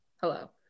Hello